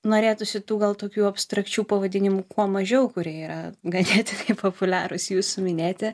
norėtųsi tų gal tokių abstrakčių pavadinimų kuo mažiau kurie yra ganėtinai populiarūs jūsų minėti